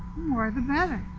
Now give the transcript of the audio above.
more the better.